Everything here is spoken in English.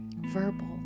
Verbal